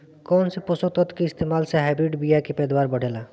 कौन से पोषक तत्व के इस्तेमाल से हाइब्रिड बीया के पैदावार बढ़ेला?